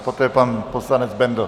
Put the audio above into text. Poté poslanec Bendl.